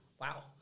wow